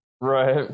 Right